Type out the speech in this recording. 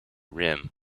rim